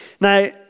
Now